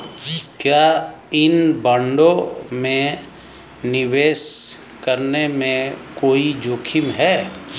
क्या इन बॉन्डों में निवेश करने में कोई जोखिम है?